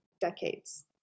decades